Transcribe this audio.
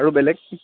আৰু বেলেগ